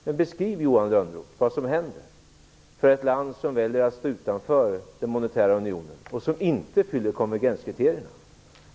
Men beskriv vad som händer för ett land som väljer att stå utanför den monetära unionen och som inte fyller konvergenskriterierna.